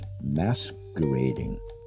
masquerading